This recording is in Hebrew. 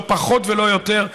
לא פחות ולא יותר,